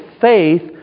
faith